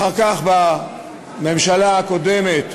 אחר כך, בממשלה הקודמת,